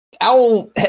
owl